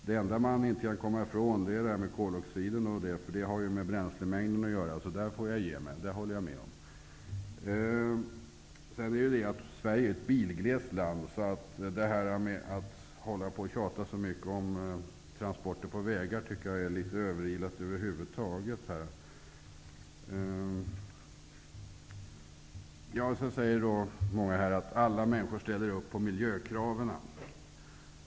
Det enda som man inte kan komma ifrån är koloxiderna osv., eftersom det har med bränslemängden att göra. I fråga om det får jag ge mig. Sverige är ju ett bilglest land. Därför tycker jag över huvud taget att det är litet överilat att hålla på att tjata så mycket om transporter på vägar. Sedan säger många att alla människor ställer sig bakom miljökraven.